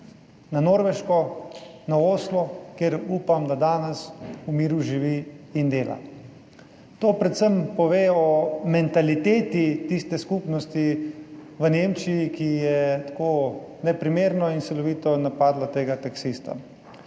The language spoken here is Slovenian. na Norveško, na Oslo, kjer upam, da danes v miru živi in dela. To predvsem pove o mentaliteti tiste skupnosti v Nemčiji, ki je tako neprimerno in silovito napadla tega taksista.